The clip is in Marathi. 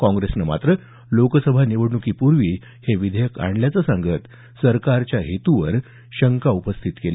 काँग्रेसनं मात्र लोकसभा निवडणुकीपूर्वीच हे विधेयक आणल्याचे सांगत सरकारच्या हेतुवर शंका उपस्थित केली